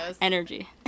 energy